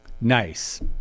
Nice